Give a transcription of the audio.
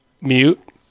mute